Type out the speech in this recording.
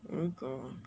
mm